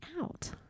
out